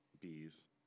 bees